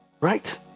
right